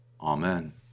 Amen